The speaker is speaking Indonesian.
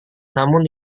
namun